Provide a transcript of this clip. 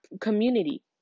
community